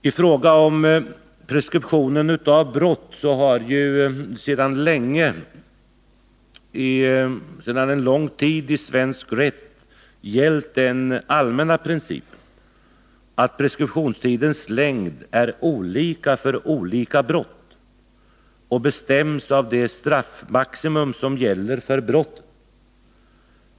I fråga om preskription av brott har sedan lång tid i svensk rätt gällt den allmänna principen att preskriptionstidens längd är olika för olika brott och bestäms av det straffmaximum som gäller för brottet.